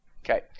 Okay